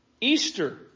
Easter